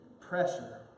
Pressure